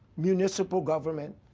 municipal government.